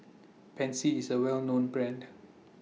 Pansy IS A Well known Brand